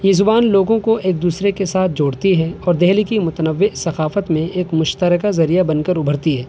یہ زبان لوگوں کو ایک دوسرے کے ساتھ جوڑتی ہے اور دہلی کی متنوع ثقافت میں ایک مشترکہ ذریعہ بن کر ابھرتی ہے